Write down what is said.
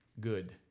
good